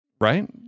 Right